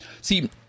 See